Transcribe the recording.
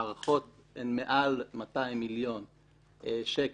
ההערכות הן מעל 200 מיליון שקלים,